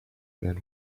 man